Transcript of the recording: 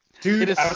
dude